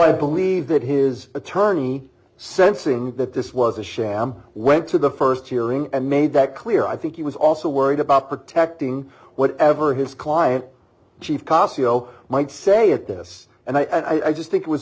i believe that his attorney sensing that this was a sham went to the st hearing and made that clear i think he was also worried about protecting whatever his client chief cacio might say of this and i just think it was